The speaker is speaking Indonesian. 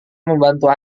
membantu